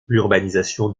l’urbanisation